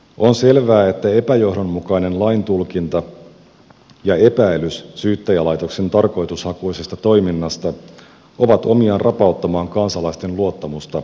on selvää että epäjohdonmukainen laintulkinta ja epäilys syyttäjälaitoksen tarkoitushakuisesta toiminnasta ovat omiaan rapauttamaan kansalaisten luottamusta oikeusvaltiota kohtaan